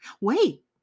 Wait